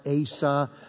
Asa